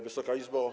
Wysoka Izbo!